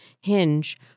Hinge